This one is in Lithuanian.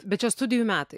bet čia studijų metai